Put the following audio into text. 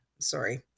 sorry